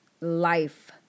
life